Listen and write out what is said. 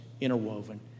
interwoven